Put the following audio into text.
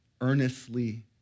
earnestly